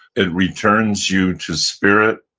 it returns you to spirit.